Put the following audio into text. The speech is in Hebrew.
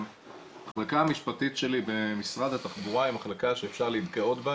המחלקה המשפטית שלי במשרד התחבורה היא מחלקה שאפשר להתגאות בה.